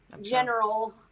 general